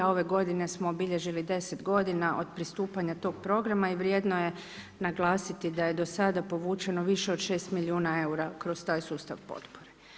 Ove g. smo obilježili 10 g. od pristupanja tog programa i vrijedno je naglasiti da je do sada povučeno više od 6 milijuna eura kroz taj sustav potpore.